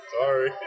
Sorry